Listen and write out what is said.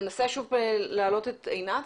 ננסה שוב להעלות את עינת.